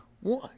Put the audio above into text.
one